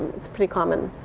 it's pretty common.